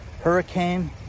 hurricane